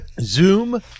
Zoom